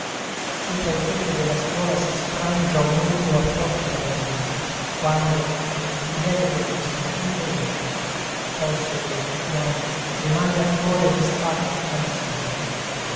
sopra il tetto della scuola si sfrangia un orlo a fiocchi rosei quando lieve come un sospiro entra poi sola bianca le mani al cuore ristà ansando